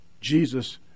Jesus